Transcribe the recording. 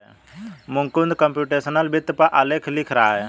Mukund computational वित्त पर आलेख लिख रहा है